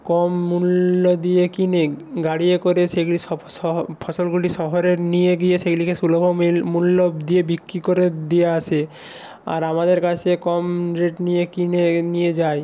কম মূল্য দিয়ে কিনে গাড়ি এ করে সেগুলি সব সব ফসলগুলি শহরে নিয়ে গিয়ে সেগুলিকে সুলভ মূল্য দিয়ে বিক্রি করে দিয়ে আসে আর আমাদের কাছে কম রেট নিয়ে কিনে নিয়ে যায়